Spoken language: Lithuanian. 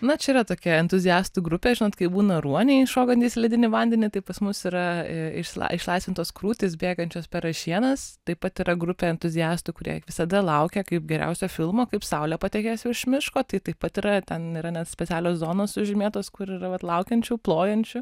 na čia yra tokia entuziastų grupė žinot kaip būna ruoniai šokantys į ledinį vandenį tai pas mus yra išla išlaisvintos krūtys bėgančios per ražienas taip pat yra grupė entuziastų kurie visada laukia kaip geriausio filmo kaip saulė patekės virš miško tai taip pat yra ten yra net specialios zonos sužymėtos kur yra vat laukiančių plojančių